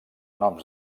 noms